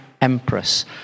empress